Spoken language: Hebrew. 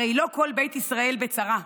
הרי לא כל בית ישראל בצרה,